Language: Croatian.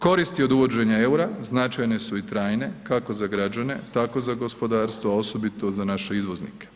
Koristi od uvođenja EUR-a značajne su i trajne kako za građane tako za gospodarstvo, a osobito za naše izvoznike.